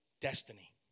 destiny